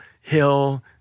hill